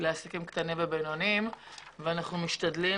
לעסקים קטנים ובינוניים ואנחנו משתדלים